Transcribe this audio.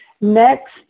Next